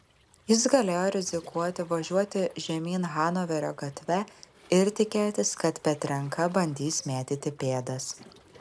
jis galėjo rizikuoti važiuoti žemyn hanoverio gatve ir tikėtis kad petrenka bandys mėtyti pėdas